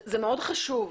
זה מאוד חשוב.